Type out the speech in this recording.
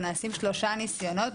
ונעשים שלושה ניסיונות,